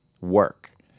work